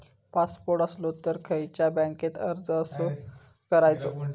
Passport असलो तर खयच्या बँकेत अर्ज कसो करायचो?